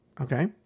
okay